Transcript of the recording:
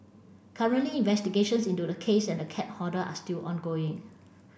currently investigations into the case and the cat hoarder are still ongoing